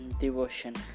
devotion